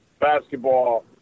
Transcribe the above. basketball